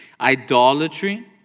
idolatry